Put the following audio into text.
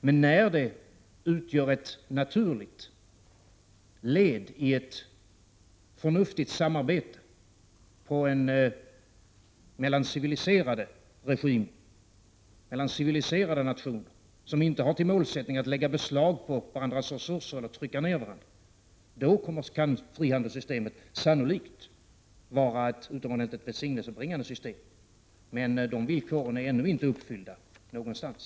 Men när det utgör ett naturligt led i ett förnuftigt samarbete mellan civiliserade regimer, mellan civiliserade nationer som inte har som målsättning att lägga beslag på varandras resurser och trycka ner varandra, kan frihandelssystemet sannolikt vara välsignelsebringande. Men de villkoren är ännu inte uppfyllda någonstans.